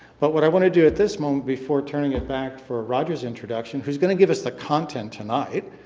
but what i want to do at this moment before turning it back for roger's introduction who's going to give us the content tonight.